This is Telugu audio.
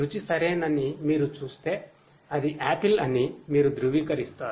రుచి సరేనని మీరు చూస్తే అది ఆపిల్ అని మీరు ధృవీకరిస్తారు